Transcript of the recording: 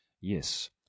Yes